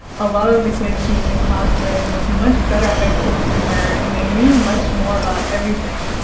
a lot of the kids she was in class with went to much better high schools than her and they knew much more about everything,